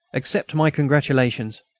accept my congratulations.